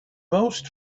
most